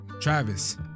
Travis